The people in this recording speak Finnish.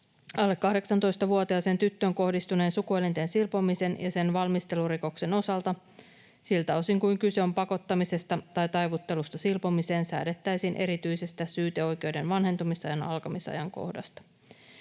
Alle 18-vuotiaaseen tyttöön kohdistuneen sukuelinten silpomisen ja sen valmistelurikoksen osalta, siltä osin kuin kyse on pakottamisesta tai taivuttelusta silpomiseen, säädettäisiin erityisestä syyteoikeuden vanhentumisen alkamisajankohdasta.